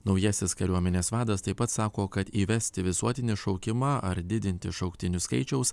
naujasis kariuomenės vadas taip pat sako kad įvesti visuotinį šaukimą ar didinti šauktinių skaičiaus